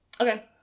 okay